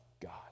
God